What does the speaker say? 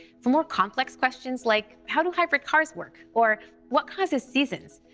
for more complex questions like how do hybrid cars work? or what causes seasons,